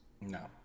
No